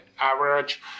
average